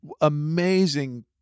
amazing